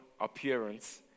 appearance